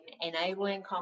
enabling